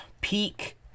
peak